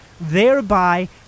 thereby